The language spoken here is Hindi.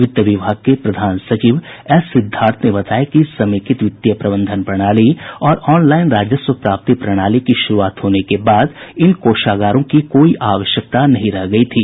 वित्त विभाग के प्रधान सचिव एस सिद्वार्थ ने बताया कि समेकित वित्तीय प्रबंधन प्रणाली और ऑनलाईन राजस्व प्राप्ति प्रणाली की शुरूआत होने के बाद इन कोषागारों की कोई आवश्यकता नहीं रह गयी थी